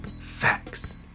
facts